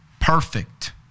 Perfect